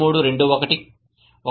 7321 1